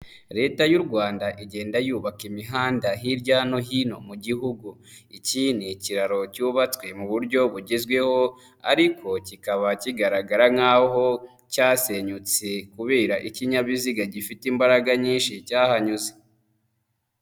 Leta y'u Rwanda igenda yubaka imihanda hirya no hino mu gihugu. Iki ni ikiraro cyubatswe mu buryo bugezweho ariko kikaba kigaragara nk'aho cyasenyutse kubera ikinyabiziga gifite imbaraga nyinshi cyahanyuze.